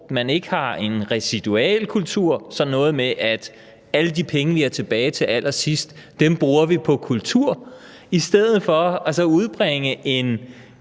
man ikke har en residualkultur, som er noget med, at alle de penge, vi har til allersidst, bruger vi på kultur, i stedet for at udbringe en